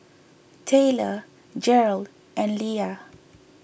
Tayler Gearld and Leah